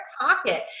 pocket